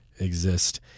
exist